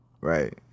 Right